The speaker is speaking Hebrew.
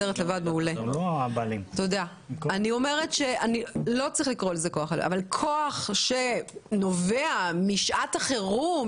לא צריך לקרוא לזה כוח עליון אבל כוח שנובע משעת החירום,